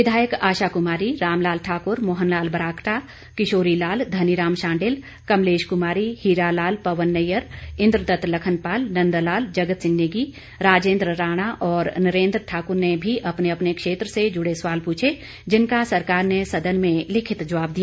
विधायक आशा कुमारी रामलाल ठाकुर मोहन लाल ब्राक्टा किशोरी लाल धनीराम शांडिल कमलेश कुमारी हीरालाल पवन नैय्यर इंद्रदत लखनपाल नंदलाल जगत सिंह नेगी राजेंद्र राणा और नरेंद्र ठाकुर ने भी अपने अपने क्षेत्र से जुड़े सवाल पूछे जिनका सरकार ने सदन में लिखित जवाब दिया